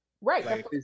Right